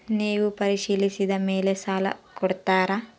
ನೇವು ಪರಿಶೇಲಿಸಿದ ಮೇಲೆ ಸಾಲ ಕೊಡ್ತೇರಾ?